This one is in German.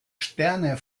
sterne